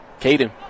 Caden